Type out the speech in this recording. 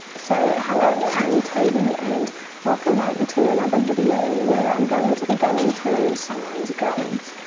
so hello i'm toby and welcome back and to another video where i'm going to be going through someone's grades.